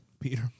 Peter